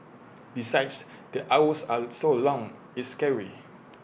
besides the hours are so long it's scary